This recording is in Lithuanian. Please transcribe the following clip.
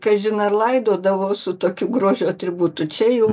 kažin ar laidodavo su tokiu grožio atributu čia jau